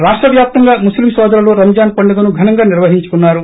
రాష్ట వ్యాప్తంగా ముస్లిం సోదరులు రంజాన్ పండుగను ఘనంగా నిర్వహించుకున్నారు